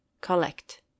collect